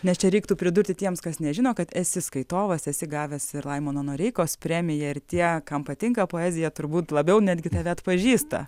nes čia reiktų pridurti tiems kas nežino kad esi skaitovas esi gavęs ir laimono noreikos premiją ir tie kam patinka poezija turbūt labiau netgi tave atpažįsta